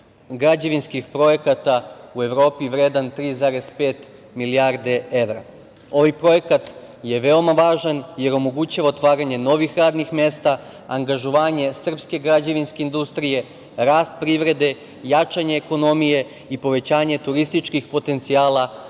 građevinskih projekata u Evropi, vredan 3,5 milijarde evra. Ovaj projekat je veoma važan jer omogućava otvaranje novih radnih mesta, angažovanje srpske građevinske industrije, rast privrede, jačanje ekonomije i povećanje turističkih potencijala